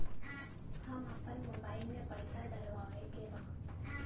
हम आपन मोबाइल में पैसा डलवावे के बा?